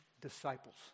disciples